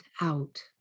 out